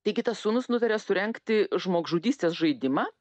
taigi tas sūnus nutarė surengti žmogžudystės žaidimą